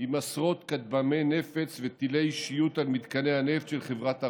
עם עשרות כטב"מי נפץ וטילי שיוט על מתקני הנפט של חברת עראמקו.